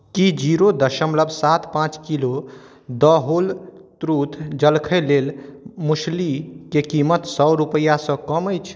की zero दशमलव सात पाँच किलो द होल ट्रूथ जलखइ लेल मूसलीके कीमत सए रुपैआसँ कम अछि